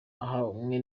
ahanwe